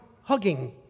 hugging